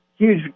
Huge